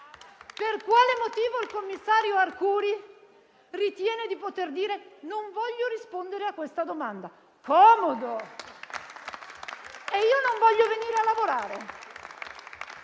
Per quale motivo il commissario Arcuri ritiene di poter dire che non vuole rispondere a questa domanda? Comodo. E io non voglio venire a lavorare.